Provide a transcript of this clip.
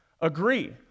agree